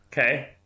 Okay